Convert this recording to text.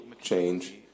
change